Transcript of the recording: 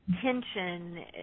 tension